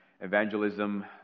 evangelism